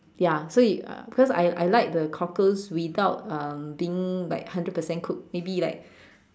ya so it because I I like the cockles without um being like hundred percent cooked maybe like